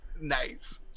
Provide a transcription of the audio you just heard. nice